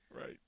Right